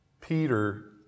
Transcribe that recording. Peter